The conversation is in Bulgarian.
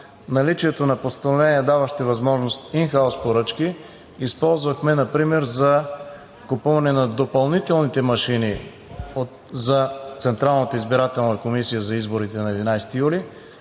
Наличието на постановления, даващи възможност за ин хаус поръчки, използвахме например за купуване на допълнителните машини за Централната избирателна комисия за изборите на 11 юли,